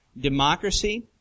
democracy